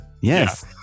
Yes